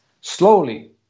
slowly